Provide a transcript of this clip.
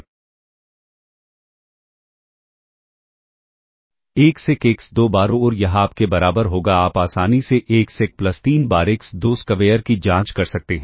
x 1 x 2 बार और यह आपके बराबर होगा आप आसानी से एक्स 1 प्लस 3 बार एक्स 2 स्क्वेयर की जांच कर सकते हैं